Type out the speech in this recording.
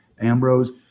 Ambrose